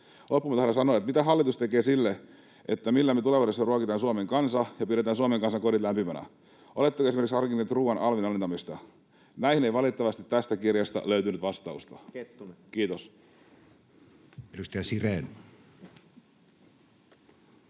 Loppuun tahdon sanoa: Mitä hallitus tekee sille, millä me tulevaisuudessa ruokitaan Suomen kansa ja pidetään Suomen kansan kodit lämpiminä? Oletteko esimerkiksi harkinneet ruoan alvin alentamista? Näihin ei valitettavasti tästä kirjasta löytynyt vastausta. — Kiitos.